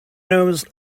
knows